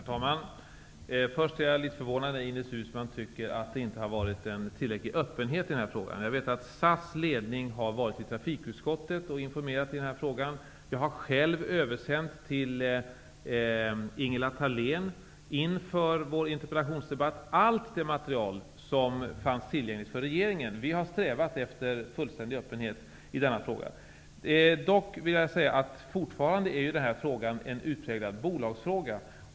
Herr talman! Först är jag litet förvånad över att Ines Uusmann tycker att det inte har varit en tillräcklig öppenhet i denna fråga. Jag vet att SAS ledning har varit i trafikutskottet och informerat i frågan. Jag själv översände till Ingela Thalén inför vår interpellationsdebatt allt det material som fanns tillgängligt för regeringen. Vi har strävat efter fullständig öppenhet i denna fråga. Dock vill jag säga att frågan fortfarande är en utpräglad bolagsfråga.